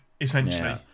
essentially